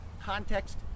Context